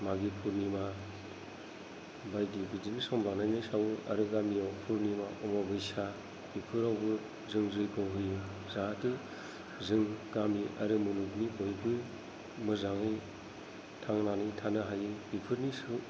मागो पुर्निमानि बायदि बिदिनो सम लानानै सावो आरो गामियाव पुर्निमा अमाबैसा बेफोरावबो जों जयग' होयो जाहाथे जों गामि आरो मुलुगनिफ्रायबो मोजाङै थांनानै थानो हायो बेफोरनि